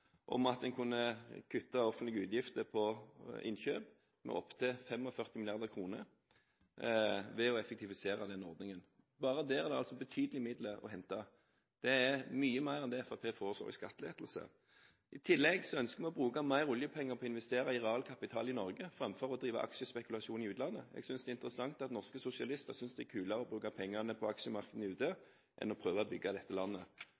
om at en kunne kutte offentlige utgifter på innkjøp med opptil 45 mrd. kr ved å effektivisere den ordningen. Bare der er det altså betydelige midler å hente. Det er mye mer enn det Fremskrittspartiet foreslår i skattelettelse. I tillegg ønsker vi å bruke mer oljepenger på å investere i realkapital i Norge, framfor å drive aksjespekulasjon i utlandet. Jeg synes det er interessant at norske sosialister synes det er kulere å bruke pengene på aksjemarkedene ute enn å prøve å bygge dette landet.